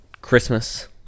Christmas